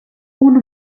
unu